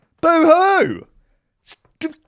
Boo-hoo